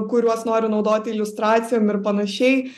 kuriuos nori naudoti iliustracijom ir panašiai